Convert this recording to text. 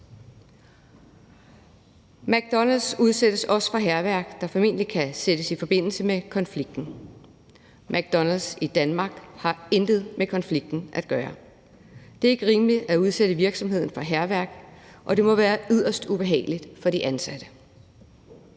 McDonald’s udsættes også for hærværk, der formentlig kan sættes i forbindelse med konflikten. McDonald’s i Danmark har intet med konflikten at gøre. Det er ikke rimeligt at udsætte virksomheden for hærværk, og det må være yderst ubehageligt for de ansatte.